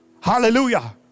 hallelujah